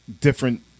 different